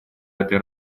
этой